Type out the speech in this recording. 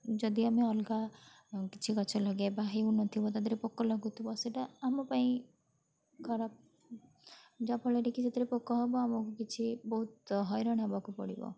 ଯଦି ଆମେ ଅଲଗା କିଛି ଗଛ ଲଗେଇବା ହେଉନଥିବ ତା'ଦେହରେ ପୋକ ଲାଗୁଥିବ ସେଇଟା ଆମ ପାଇଁ ଖରାପ ଯାହାଫଳରେ କି ସେଥିରେ ପୋକ ହେବ ଆମକୁ କିଛି ବହୁତ ହଇରାଣ ହେବାକୁ ପଡ଼ିବ